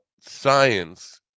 science